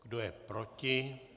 Kdo je proti?